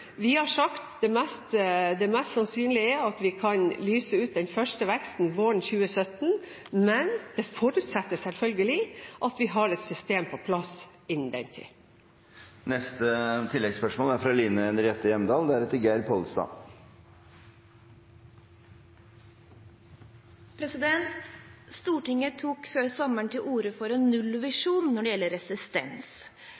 Vi har sagt at det er mest sannsynlig at vi kan lyse ut den første veksten våren 2017, men det forutsetter selvfølgelig at vi har et system på plass innen den tid. Line Henriette Hjemdal – til oppfølgingsspørsmål. Stortinget tok før sommeren til orde for en nullvisjon når det gjelder resistens.